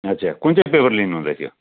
अच्छा कुन चाहिँ पेपर लिनुहुँदै थियो